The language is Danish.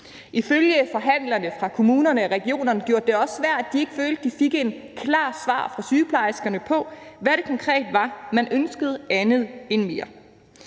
Ifølge forhandlerne fra kommunerne og regionerne gjorde det det også svært, at de ikke følte, at de fik et klart svar fra sygeplejerskerne på, hvad det konkret var, man ønskede, andet end mere.